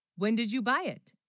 when did you buy it